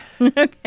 Okay